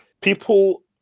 people